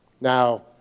Now